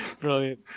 Brilliant